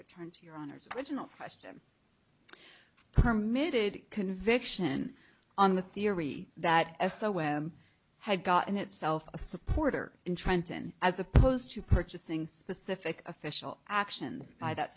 return to your honor's original question permit it conviction on the theory that as so when i have gotten itself a supporter in trenton as opposed to purchasing specific official actions by that